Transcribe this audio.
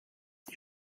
die